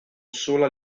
sola